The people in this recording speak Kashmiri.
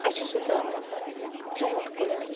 أسۍ چھِ سُہ تراوَان ژوٗنٹھۍ کُلٮ۪ن